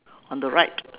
on the right